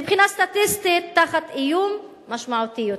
מבחינה סטטיסטית, תחת איום משמעותי יותר.